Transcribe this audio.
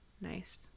nice